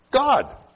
God